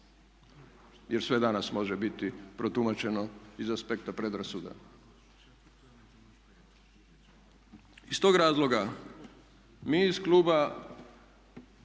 jer sve danas može biti protumačeno iz aspekta predrasuda. Iz tog razloga mi iz Kluba